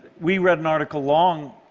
we read an article long,